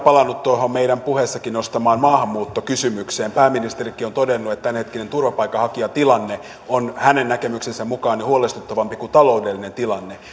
palannut tuohon meidän puheessammekin nostamaamme maahanmuuttokysymykseen pääministerikin on todennut että tämänhetkinen turvapaikanhakijatilanne on hänen näkemyksensä mukaan jo huolestuttavampi kuin taloudellinen tilanne